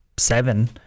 seven